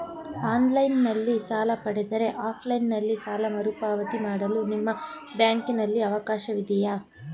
Online ನಲ್ಲಿ ಸಾಲ ಪಡೆದರೆ ಆಫ್ಲೈನ್ ನಲ್ಲಿ ಸಾಲ ಮರುಪಾವತಿ ಮಾಡಲು ನಿಮ್ಮ ಬ್ಯಾಂಕಿನಲ್ಲಿ ಅವಕಾಶವಿದೆಯಾ?